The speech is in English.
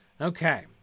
Okay